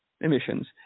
emissions